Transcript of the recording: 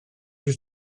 wyt